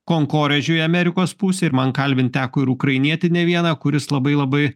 konkorėžių į amerikos pusę ir man kalbint teko ir ukrainietį ne vieną kuris labai labai